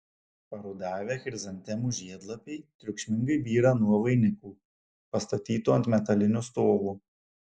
parudavę chrizantemų žiedlapiai triukšmingai byra nuo vainikų pastatytų ant metalinių stovų